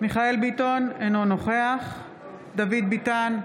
מיכאל מרדכי ביטון, אינו נוכח דוד ביטן,